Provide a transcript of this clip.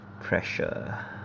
pressure